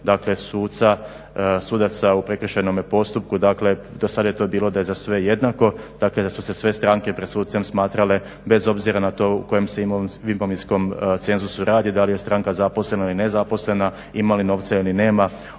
sudaca u prekršajnom postupku. dakle do sada je to bilo da je za sve jednako da su se sve stranke pred sucem smatrale bez obzira na to u kojem se imovinskom cenzusu radi, da li je stranka zaposlena ili nezaposlena, imali novca ili nema,